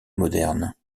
moderne